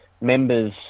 members